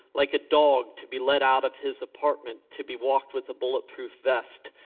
like a dog, to be let out of his apartment to be walked with a bullet proof vest.